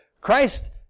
Christ